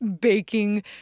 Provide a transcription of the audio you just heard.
baking